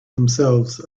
themselves